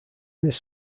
this